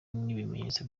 n’ibimenyetso